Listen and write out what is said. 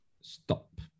stop